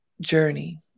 journey